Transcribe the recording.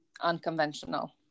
unconventional